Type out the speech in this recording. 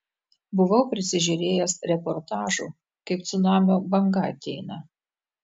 buvau prisižiūrėjęs reportažų kaip cunamio banga ateina